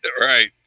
right